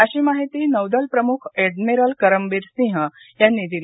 अशी माहिती नौदल प्रमुख एडमिरल करमबीर सिंह यांनी दिली